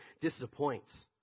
disappoints